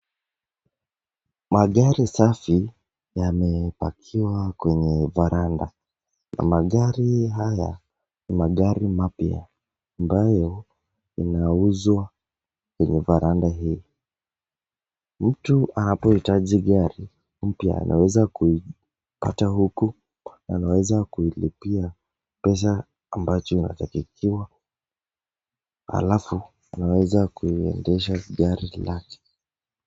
Magari safi yamepakiwa kwenye varanda na magari haya ni magari mapya ambayo inauzwa kwenye varanda hii. Mtu anapohitaji gari mpya anaweza kuipata huku , anaweza kuilipia pesa ambacho anatakiwa alafu anaweza kuiendesha gari lake.